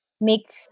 make